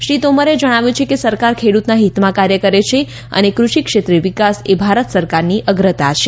શ્રી તોમરે જણાવ્યું કે સરકાર ખેડૂતના હિતમાં કાર્ય કરે છે અને કૃષિ ક્ષેત્રે વિકાસ એ ભારત સરકારની અગ્રતા છે